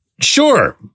sure